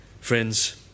Friends